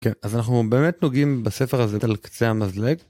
כן אז אנחנו באמת נוגעים בספר הזה על קצה המזלג.